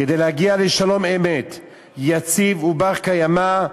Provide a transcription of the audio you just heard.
כדי להגיע לשלום אמת יציב ובר-קיימא,